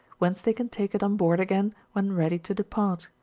whence they can take it on board again when ready to depart.